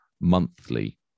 monthly